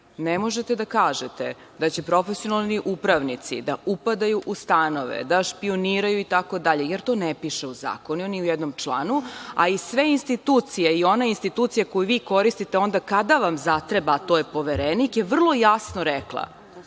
ne možete da kažete da će profesionalni upravnici da upadaju u stanove, da špijuniraju, itd, jer to ne piše u zakonu, ni u jednom članu, a i sve institucije i one institucije koje vi koristite onda kada vam zatreba, a to je Poverenik, su vrlo jasno rekle